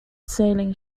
sailing